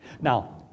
Now